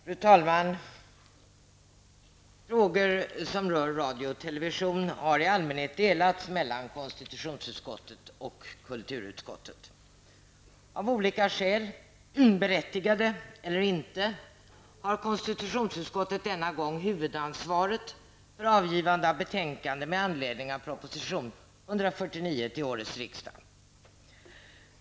Fru talman! Frågor som rör radio och televisionen har i allmänhet delats upp mellan konsitutionsutskottet och kulturutskottet. Av olika skäl, berättigade eller inte, har konstitutionsutskottet denna gång huvudansvaret för avgivande av betänkande med anledning av proposition 149 till årets riksdag.